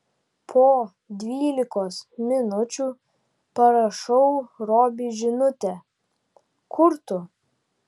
po dvylikos minučių parašau robiui žinutę kur tu